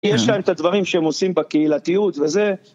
יש להם את הדברים שהם עושים בקהילתיות, וזה...